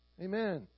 Amen